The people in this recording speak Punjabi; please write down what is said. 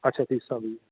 ਅੱਛਾ ਫੀਸਾਂ ਵੀ